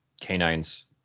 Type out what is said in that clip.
canines